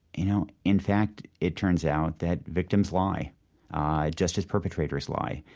you know, in fact, it turns out that victims lie ah just as perpetrators lie.